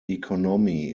economy